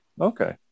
Okay